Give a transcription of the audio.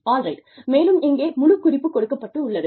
alright மேலும் இங்கே முழு குறிப்பு கொடுக்கப்பட்டுள்ளது